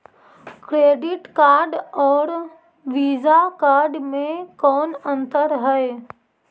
Credit card और Visa card मे कौन अन्तर है?